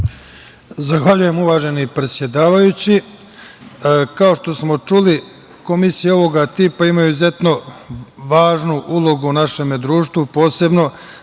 Zahvaljujem, uvaženi predsedavajući. Kao što smo čuli komisija ovoga tipa ima izuzetno važnu ulogu u našem društvu posebno